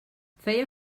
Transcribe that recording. feia